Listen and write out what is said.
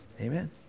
Amen